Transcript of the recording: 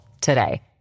today